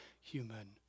human